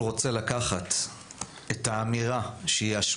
שיעשה את זה?